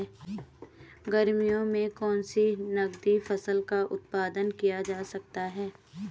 गर्मियों में कौन सी नगदी फसल का उत्पादन किया जा सकता है?